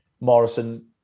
Morrison